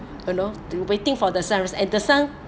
you know to waiting for the sun rise and the sun